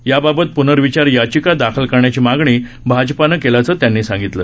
याबाबत प्नर्विचार याचिका दाखल करण्याची मागणी भाजपानं केल्याचं त्यांनी सांगितलं